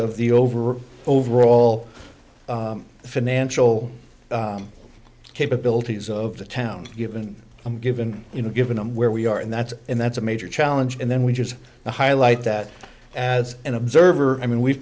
of the overall overall financial capabilities of the town given given you know given where we are and that's and that's a major challenge and then we just highlight that as an observer i mean we've